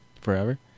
forever